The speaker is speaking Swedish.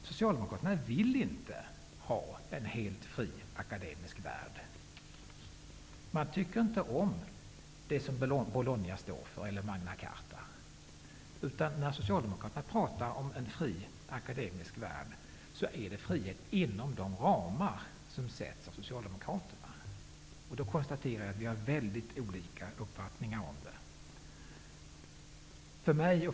Socialdemokraterna vill inte ha en helt fri akademisk värld. De tycker inte om det som Bologna eller Magna Charta står för. När Socialdemokraterna talar om en fri akademisk värld är det frihet inom de ramar som sätts av Socialdemokraterna. Då konstaterar jag att vi har väldigt olika uppfattningar om detta.